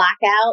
blackout